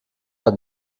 hat